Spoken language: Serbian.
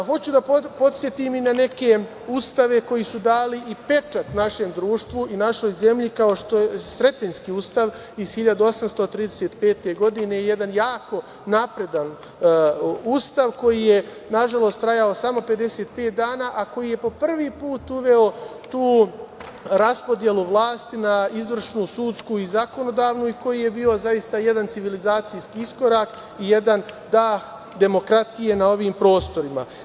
Hoću da podsetim i na neke ustave koji su dali i pečat našem društvu i našoj zemlji, kao što je Sretenjski ustav iz 1835. godine, jedan jako napredan Ustav, koji je, nažalost, trajao samo 55 dana, a koji je po prvi put uveo tu raspodelu vlasti na izvršnu, sudsku i zakonodavnu i koji je bio zaista jedan civilizacijski iskorak i jedan dah demokratije na ovim prostorima.